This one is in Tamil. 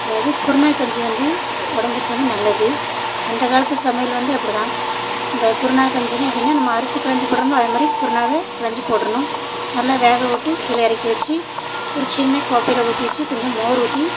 அதாவது குருணை கஞ்சி வந்து உடம்புக்கு வந்து நல்லது அந்த காலத்து சமையல் வந்து அப்படிதான் இந்த குருணை கஞ்சினால் எப்படின்னா நம்ம அரிசி களைஞ்சி போடுறோம்ல அதமாதிரி குருணாய களைஞ்சி போடணும் நல்லா வேகவிட்டு கீழே இறக்கி வச்சு ஒரு சின்ன கோப்பையில் ஊற்றி வச்சு கொஞ்சம் மோர் ஊற்றி